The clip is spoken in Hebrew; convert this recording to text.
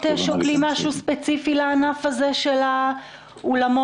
שוקלים משהו ספציפי לענף הזה של האולמות?